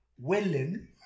willing